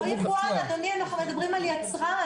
לא יבואן, אדוני, אנחנו מדברים על יצרן.